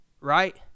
Right